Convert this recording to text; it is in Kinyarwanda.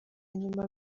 nyuma